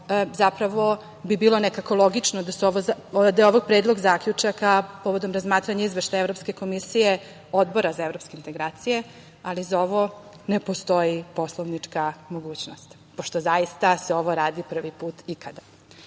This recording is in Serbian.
Zapravo bi bilo nekako logično da je ovo predlog zaključaka povodom razmatranja Izveštaja Evropske komisije Odbora za evropske integracije, ali za ovo ne postoji poslovnička mogućnost, pošto se ovo zaista radi prvi put ikada. Tada